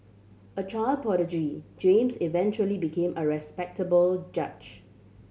a child prodigy James eventually became a respectable judge